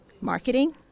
marketing